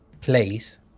place